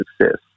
success